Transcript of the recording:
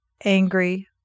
angry